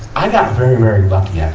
i got very, very lucky, yeah